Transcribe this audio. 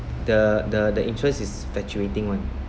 the the the interest is fluctuating [one]